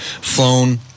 flown